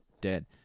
dead